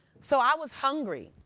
so i was hungry.